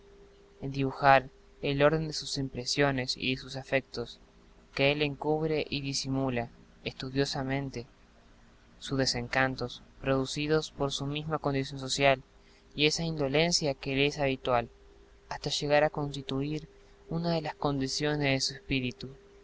en dibujar el orden de sus impresiones y de sus afectos que él encubre y disimula estudiosamente sus desencantos producidos por su misma condición social y esa indolencia que le es habitual hasta llegar a constituir una de las condiciones de su espíritu